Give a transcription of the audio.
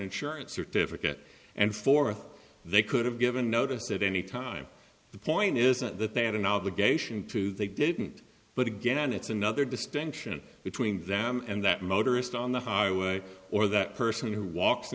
insurance certificate and fourth they could have given notice at any time the point isn't that they had an obligation to they didn't but again it's another distinction between them and that motorist on the highway or that person who walks